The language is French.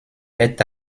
est